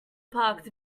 parked